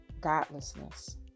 godlessness